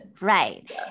Right